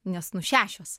nes nu šešios